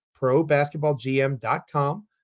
probasketballgm.com